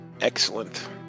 Excellent